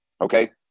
okay